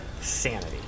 sanity